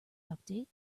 update